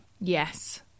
Yes